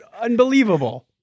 unbelievable